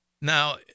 Now